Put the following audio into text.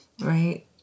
right